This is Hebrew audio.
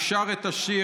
הוא שר את השיר,